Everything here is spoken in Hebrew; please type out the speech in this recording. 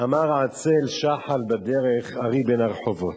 "אמר עצל, שחל בדרך, ארי בין הרחֹבות".